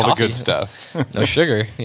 um good stuff no sugar